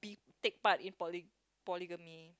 take part in poly~ polygamy